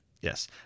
Yes